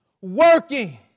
working